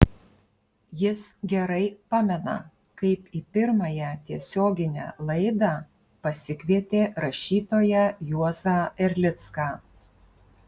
jis gerai pamena kaip į pirmąją tiesioginę laidą pasikvietė rašytoją juozą erlicką